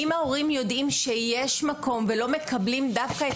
אם ההורים יודעים שיש מקום ולא מקבלים דווקא את